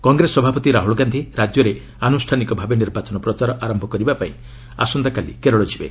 କଂଗ୍ରେସ ସଭାପତି ରାହୁଲ୍ ଗାନ୍ଧି ରାଜ୍ୟରେ ଆନୁଷ୍ଠାନିକ ଭାବେ ନିର୍ବାଚନ ପ୍ରଚାର ଆରମ୍ଭ କରିବାପାଇଁ ଆସନ୍ତାକାଲି କେରଳ ଯିବେ